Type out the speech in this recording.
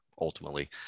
Ultimately